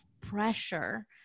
pressure